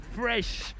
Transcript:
fresh